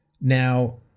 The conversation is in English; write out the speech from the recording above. Now